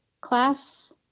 class